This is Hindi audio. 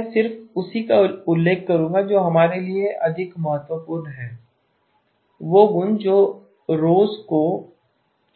मैं सिर्फ उसी का उल्लेख करूंगा जो हमारे लिए अधिक महत्वपूर्ण है वह गुण जो रोव्ज